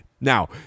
Now